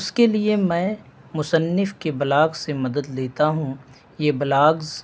اس کے لیے میں مصنف کے بلاگ سے مدد لیتا ہوں یہ بلاگز